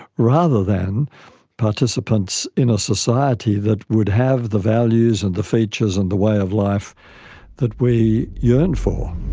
rather than participants in a society that would have the values and the features and the way of life that we yearn for.